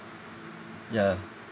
ya